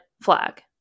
flag